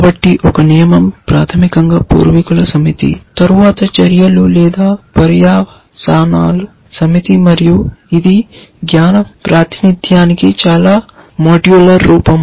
కాబట్టి ఒక నియమం ప్రాథమికంగా పూర్వీకుల సమితి తరువాత చర్యలు లేదా పర్యవసానాల సమితి మరియు ఇది జ్ఞాన ప్రాతినిధ్యానికి చాలా మాడ్యులర్ రూపం